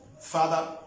Father